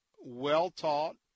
well-taught